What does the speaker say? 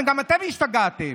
גם אתם השתגעתם